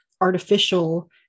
artificial